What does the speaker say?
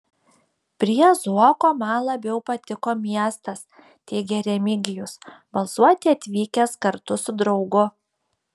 prie zuoko man labiau patiko miestas teigė remigijus balsuoti atvykęs kartu su draugu